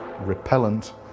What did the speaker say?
repellent